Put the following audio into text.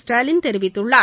ஸ்டாலின் தெரிவித்துள்ளார்